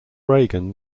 reagan